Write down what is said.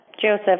Joseph